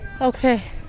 Okay